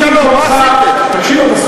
אין עבודה, אין דיור, אין שלום.